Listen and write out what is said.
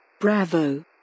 bravo